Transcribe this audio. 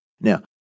Now